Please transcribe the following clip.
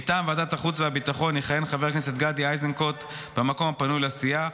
מטעם ועדת החוץ והביטחון יכהן חבר הכנסת גדי איזנקוט במקום הפנוי לסיעה,